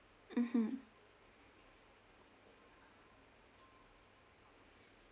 mmhmm